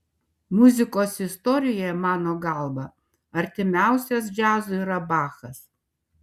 muzikos istorijoje mano galva artimiausias džiazui yra bachas